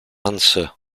answer